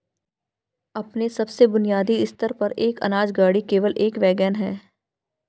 अपने सबसे बुनियादी स्तर पर, एक अनाज गाड़ी केवल एक वैगन है